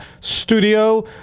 studio